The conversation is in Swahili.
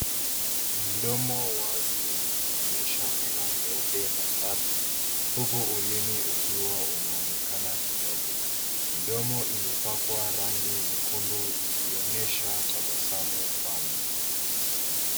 Mdomo wazi unaonyesha meno meupe na safi, huku ulimi ukiwa umeonekana kidogo. Midomo imepakwa rangi nyekundu ikionyesha tabasamu pana.